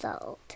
old